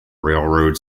railroad